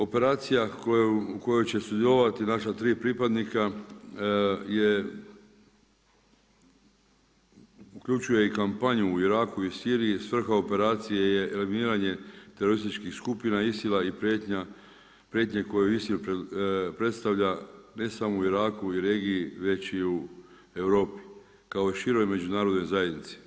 Operacija u kojoj će sudjelovati naša tri pripadnika uključuje i kampanju u Iraku i Siriji, svrha operacije je eliminiranje terorističkih skupina ISIL-a i prijetnje koje ISIL predstavlja ne samo u Iraku i regiji već i u Europi kao široj međunarodnoj zajednici.